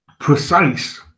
precise